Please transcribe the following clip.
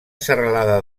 serralada